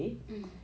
mmhmm